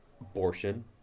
abortion